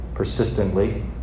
Persistently